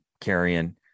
carrying